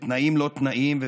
בתנאים-לא-תנאים.